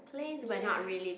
ya